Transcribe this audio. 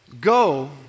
Go